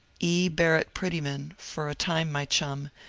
e. barrett prettyman, for a time my chum,